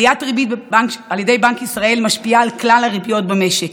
עליית ריבית על ידי בנק ישראל משפיעה על כלל הריביות במשק,